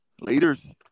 Leaders